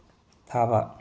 ꯊꯥꯕ